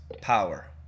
power